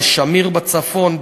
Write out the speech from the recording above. בשמיר בצפון,